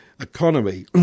economy